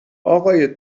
اقای